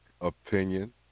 opinion